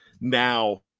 now